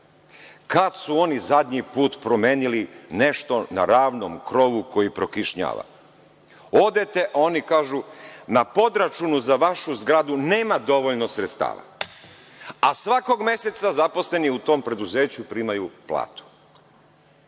Kada su oni zadnji promenili nešto na ravnom krovu koji prokišnjava? Odete, a oni kažu – na podračunu za vašu zgradu nema dovoljno sredstava, a svakog meseca zaposleni u tom preduzeću primaju plate.